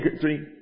three